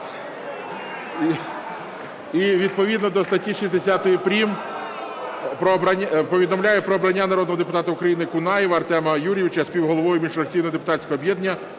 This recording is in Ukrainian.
І відповідно до статті 60 прим. повідомляю про обрання народного депутата України Кунаєва Артема Юрійовича співголовою міжфракційного депутатського об'єднання